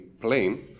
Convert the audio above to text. plane